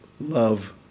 love